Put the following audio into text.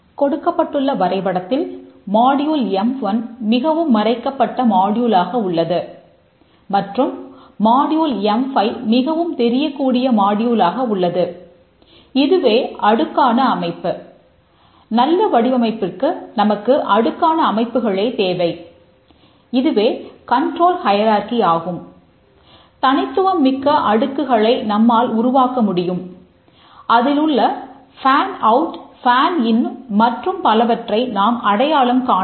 கொடுக்கப்பட்டுள்ள வரைபடத்தில் மாடியூல் எம்1 மற்றும் பலவற்றை நாம் அடையாளம் காணமுடியும்